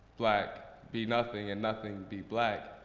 black be nothing and nothing be black.